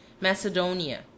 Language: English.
Macedonia